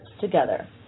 together